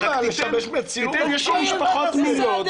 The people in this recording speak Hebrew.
רק תיתן, יש משפחות מלוד שרוצות